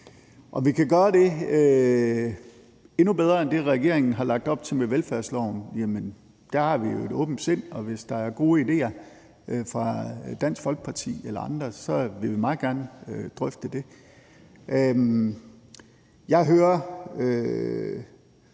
Kan vi gøre det endnu bedre end det, regeringen har lagt op til med velfærdsloven? Jamen der har vi jo et åbent sind, og hvis der er gode idéer fra Dansk Folkeparti eller andre, vil vi meget gerne drøfte det. Jeg hører